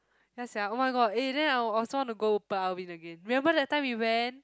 ya sia oh-my-god eh then I'll also want to go but I'll win again remember that time we went